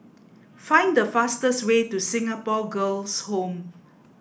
find the fastest way to Singapore Girls' Home